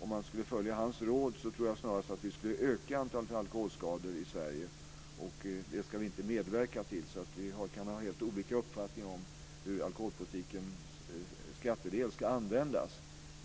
Om man skulle följa hans råd tror jag snarast att vi skulle öka antalet alkoholskador i Sverige, och det ska vi inte medverka till. Vi kan ha helt olika uppfattningar om hur alkoholpolitikens skattedel ska användas,